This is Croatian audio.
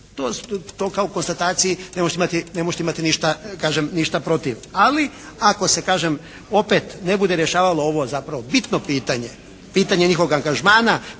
To kao konstataciji ne možete imati ništa, kažem ništa protiv, ali ako se kažem opet ne bude rješavalo ovo zapravo bitno pitanje, pitanje njihovog angažmana,